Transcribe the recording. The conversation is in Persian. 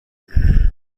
میدهیم